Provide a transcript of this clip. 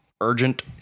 urgent